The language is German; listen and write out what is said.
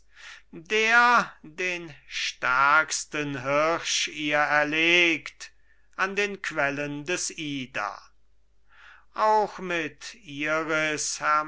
der den stärksten hirsch ihr erlegt an den quellen des ida auch mit